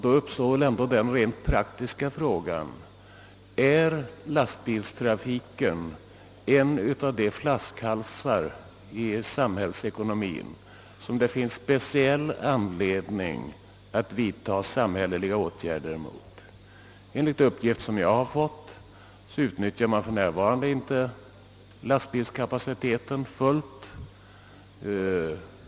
Då uppstår den rent praktiska frågan: Är lastbilstrafiken en av de flaskhalsar i samhällsekonomien som det finns speciell anledning att vidta samhälleliga åtgärder mot? Enligt de uppgifter jag har fått utnyttjar man för närvarande inte lastbilskapaciteten helt.